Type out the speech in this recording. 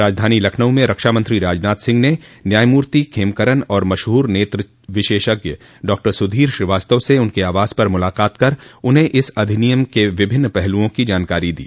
राजधानी लखनऊ में रक्षामंत्री राजनाथ सिंह ने न्यायमूर्ति खेमकरन और मशहूर नेत्र विशेषज्ञ डॉक्टर सुधीर श्रीवास्तव से उनके आवास पर मुलाक़ात कर उन्हें इस अधिनियम के विभिन्न पहलुओं की जानकारी दी